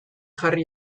jarri